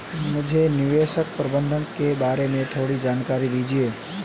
मुझे निवेश प्रबंधन के बारे में थोड़ी जानकारी दीजिए